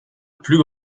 plus